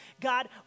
God